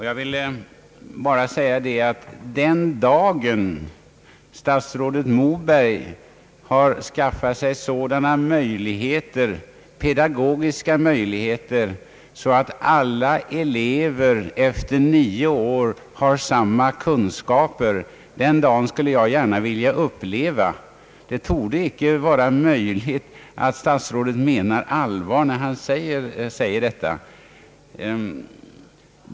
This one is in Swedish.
Jag vill bara säga att den dagen, då statsrådet Moberg skaffat sig sådana pedagogiska möjligheter att alla elever efter nio år har samma kunskaper, skulle jag gärna vilja uppleva. Det torde inte vara möjligt att statsrådet menade allvar med vad han sade.